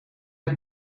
het